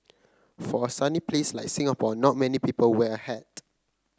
for a sunny place like Singapore not many people wear a hat